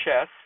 chess